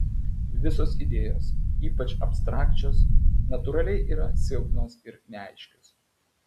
visos idėjos ypač abstrakčios natūraliai yra silpnos ir neaiškios